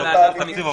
לא קשור לתקציב,